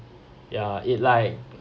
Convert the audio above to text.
ya it like